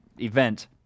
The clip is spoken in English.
event